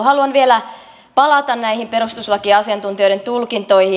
haluan vielä palata näihin perustuslakiasiantuntijoiden tulkintoihin